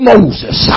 Moses